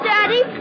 Daddy